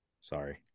Sorry